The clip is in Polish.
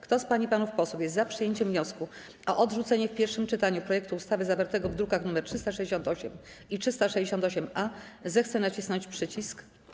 Kto z pań i panów posłów jest za przyjęciem wniosku o odrzucenie w pierwszym czytaniu projektu ustawy zawartego w drukach nr 368 i 368-A, zechce nacisnąć przycisk.